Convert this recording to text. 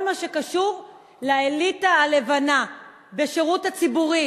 מה שקשור לאליטה הלבנה בשירות הציבורי.